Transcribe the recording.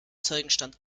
zeugenstand